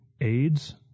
AIDS